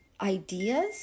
ideas